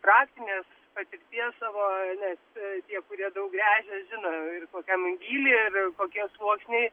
praktinės patirties savo nes tie kurie daug gręžia žino ir kokiam gyly ir kokie sluoksniai